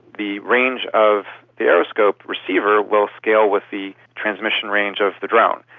the range of the aeroscope receiver will scale with the transmission range of the drone.